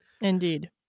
indeed